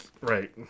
Right